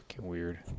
weird